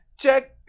Check